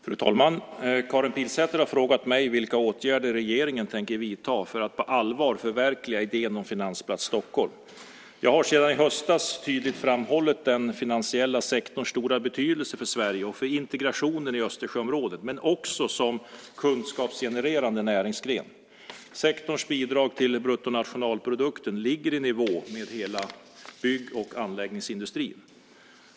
Fru talman! Karin Pilsäter har frågat mig vilka åtgärder regeringen tänker vidta för att på allvar förverkliga idén om Finansplats Stockholm. Jag har sedan i höstas tydligt framhållit den finansiella sektorns stora betydelse för Sverige och för integrationen i Östersjöområdet men också som kunskapsgenererande näringsgren. Sektorns bidrag till bruttonationalprodukten ligger i nivå med hela bygg och anläggningsindustrin.